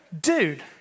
dude